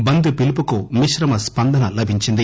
బంద్ పిలుపునకు మిశ్రమ స్పందన లభించింది